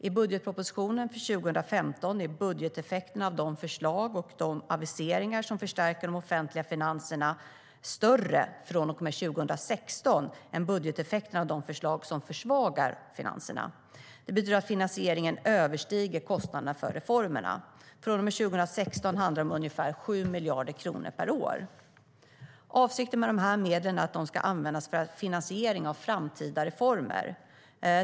I budgetpropositionen för 2015 är budgeteffekten av de förslag och aviseringar som förstärker de offentliga finanserna större från och med 2016 än budgeteffekten av de förslag som försvagar finanserna. Det betyder att finansieringen överstiger kostnaderna för reformerna. Från och med 2016 handlar det om ungefär 7 miljarder kronor per år. Avsikten med dessa medel är att de ska användas för finansiering av framtida reformer.